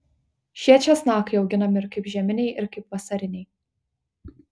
šie česnakai auginami ir kaip žieminiai ir kaip vasariniai